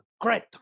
great